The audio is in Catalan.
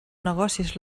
negocis